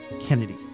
Kennedy